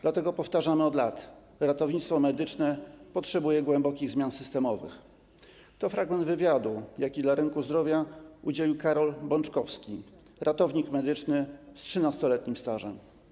Dlatego powtarzamy to od lat: ratownictwo medyczne potrzebuje głębokich zmian systemowych” - to fragment wywiadu, jakiego dla RynkuZdrowia udzielił Karol Bączkowski, ratownik medyczny z 13-letnim stażem.